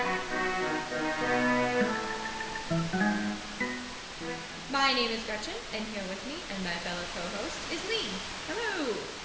um my name is gretchen and here with me, and my fellow co-host is leigh hello!